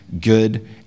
good